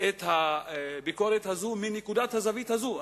את הביקורת הזאת מנקודת הזווית הזאת.